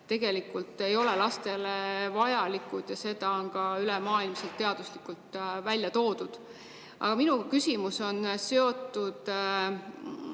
tegelikult ei ole lastele vajalikud ja seda on ka ülemaailmselt teaduslikult välja toodud. Aga minu küsimus on seotud